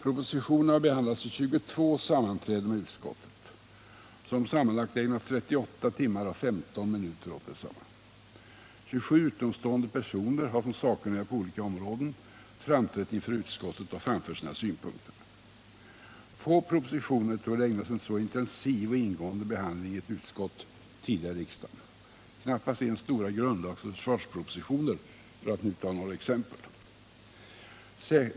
Propositionen har behandlats vid 22 sammanträden med utskottet, som sammanlagt ägnat 38 timmar och 15 minuter åt densamma. 27 utomstående personer har som sakkunniga på olika områden framträtt inför utskottet och framfört sina synpunkter. Få propositioner torde ha ägnats en så intensiv och ingående behandling i ett utskott tidigare i riksdagen — knappast ens stora grundlagsoch försvarspropositioner, för att ta några exempel.